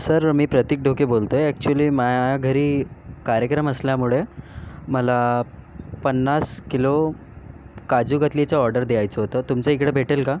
sir मी प्रतिक ढोके बोलत आहे अॅक्च्युअली माझ्या घरी कार्यक्रम असल्यामुळे मला पन्नास किलो काजूकतलीचं ऑर्डर द्यायचं होतं तुमच्या इकडे भेटेल का